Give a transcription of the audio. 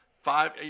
five